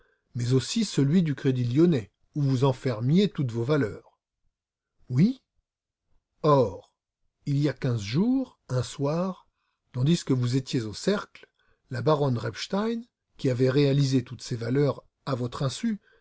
mais aussi celui du crédit lyonnais où vous enfermiez toutes vos valeurs oui or il y a quinze jours un soir tandis que vous étiez au cercle la baronne repstein qui avait réalisé toutes ces valeurs à votre insu